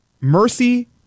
Mercy